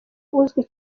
uzwi